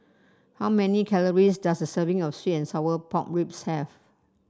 how many calories does a serving of sweet and Sour Pork Ribs have